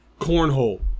cornhole